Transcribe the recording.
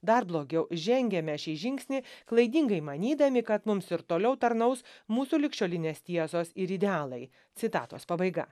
dar blogiau žengiame šį žingsnį klaidingai manydami kad mums ir toliau tarnaus mūsų ligšiolinės tiesos ir idealai citatos pabaiga